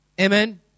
Amen